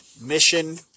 mission